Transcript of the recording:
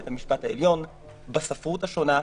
בבית המשפט העליון בספרות השונה.